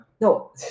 No